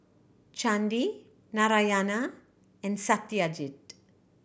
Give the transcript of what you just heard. Chandi Narayana and Satyajit